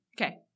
Okay